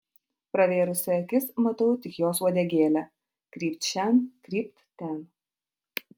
pravėrusi akis matau tik jos uodegėlę krypt šen krypt ten